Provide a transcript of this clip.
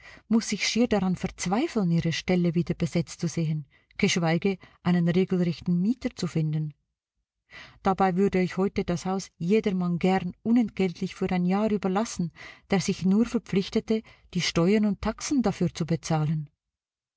muß ich schier daran verzweifeln ihre stelle wieder besetzt zu sehen geschweige einen regelrechten mieter zu finden dabei würde ich heute das haus jedermann gern unentgeltlich für ein jahr überlassen der sich nur verpflichtete die steuern und taxen dafür zu bezahlen